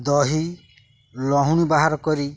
ଦହି ଲହୁଣୀ ବାହାର କରି